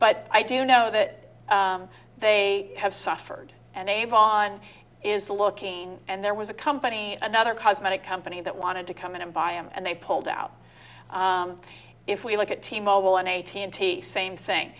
but i do know that they have suffered and avon is looking and there was a company another cosmetic company that wanted to come in and buy in and they pulled out if we look at t mobile an eighteen t same thing